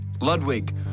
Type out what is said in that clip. Ludwig